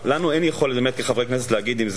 השר, חברי חברי הכנסת, היום יום רביעי,